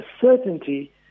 certainty